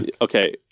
okay